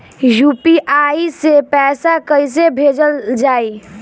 UPI से पैसा कइसे भेजल जाई?